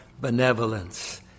benevolence